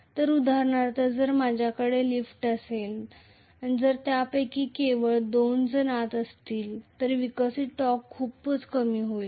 तर उदाहरणार्थ जर माझ्याकडे लिफ्ट असेल जर आपल्यापैकी केवळ दोन जण आत गेले तर विकसित टॉर्क खूपच कमी होईल